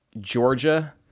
Georgia